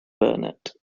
burnet